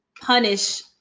punish